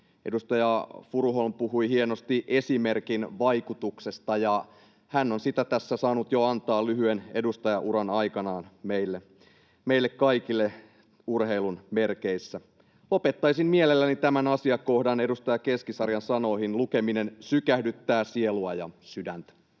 Edustaja Furuholm puhui hienosti esimerkin vaikutuksesta, ja hän on sitä saanut jo antaa tässä lyhyen edustajauran aikana meille kaikille urheilun merkeissä. Lopettaisin mielelläni tämän asiakohdan edustaja Keskisarjan sanoihin: ”Lukeminen sykähdyttää sielua ja sydäntä.”